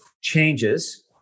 changes